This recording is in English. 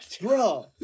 Bro